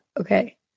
okay